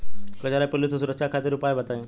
कजरा पिल्लू से सुरक्षा खातिर उपाय बताई?